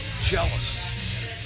Jealous